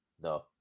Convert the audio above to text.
No